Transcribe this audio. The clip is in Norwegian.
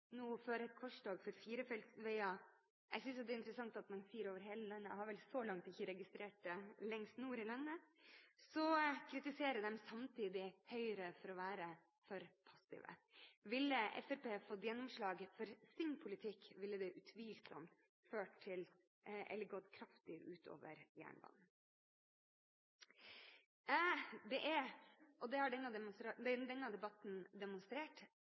nå fører et korstog for firefeltsveier – jeg synes det er interessant at man sier over hele landet, jeg har så langt ikke registrert det lengst nord i landet – kritiserer de samtidig Høyre for å være for passive. Hadde Fremskrittspartiet fått gjennomslag for sin politikk, ville det utvilsomt gått kraftig ut over jernbanen. Det er – og det har denne debatten demonstrert